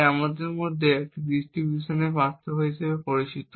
তাই তাদের মধ্যে একটি ডিস্ট্রিবিউশনের পার্থক্য হিসাবে পরিচিত